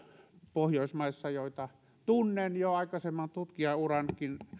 pohjoismaissa joita tunnen jo aikaisemman tutkijanurankin